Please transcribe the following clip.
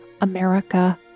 America